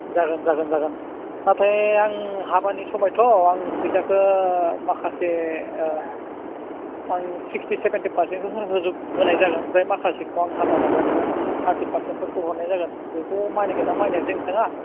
जागोन जागोन जागोन नाथाय आं हाबानि समायथ' आं फैसाखो माखासे आं सिक्सटि सेभेन्टि पार्सेन्टसो होनाय होनाय जागोन ओमफ्राय माखासेखौ आं हाबा बायब्लानो थार्टि पार्सेन्टखौ हरनाय जागोन बेखौ मानिगोन ना मानियाथाय नोंथाङा